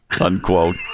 unquote